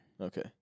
Okay